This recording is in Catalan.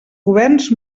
governs